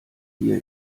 hier